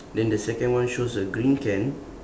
then the second one shows a green can